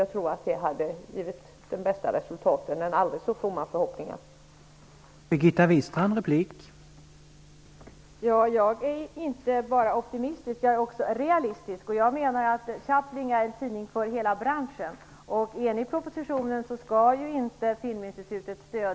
Som sagt, det hade varit trevligt om Birgitta Wistrand inte hade varit fullt så optimistisk utan i stället litet mer realistisk och stött förslagen om mer pengar till Filminstitutet.